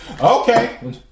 Okay